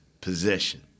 possession